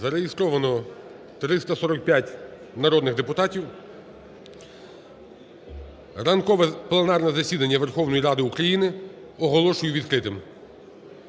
Зареєстровано 345 народних депутатів. Ранкове пленарне засідання Верховної Ради України оголошую відкритим.